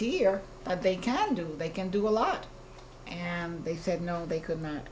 here but they can do they can do a lot and they said no they could not